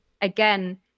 again